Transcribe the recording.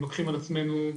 לוקחים על עצמנו,